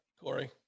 Corey